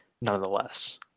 nonetheless